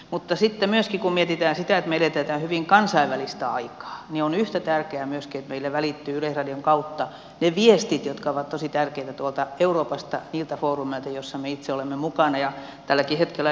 mutta sitten kun mietitään sitä että me elämme hyvin kansainvälistä aikaa on yhtä tärkeää myöskin että meille välittyvät yleisradion kautta ne viestit jotka ovat tosi tärkeitä tuolta euroopasta niiltä foorumeilta joissa me itse olemme mukana ja tälläkin hetkellä aika suuria maksajia